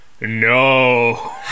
No